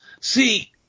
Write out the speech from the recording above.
See